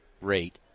rate